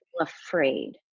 afraid